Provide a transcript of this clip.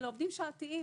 אלה עובדים שעתיים,